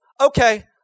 okay